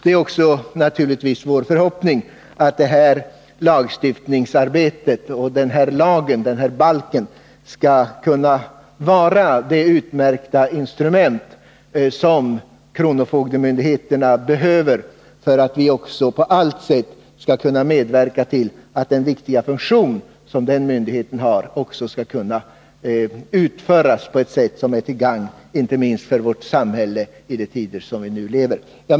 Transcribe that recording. Det är vår förhoppning att vi genom lagstiftningsarbetet och tillkomsten av den här balken skall kunna ge kronofogdemyndigheten det instrument som myndigheten behöver för att kunna fylla sin viktiga funktion på ett sätt som är till gagn för vårt samhälle, inte minst i de tider som vi nu lever i.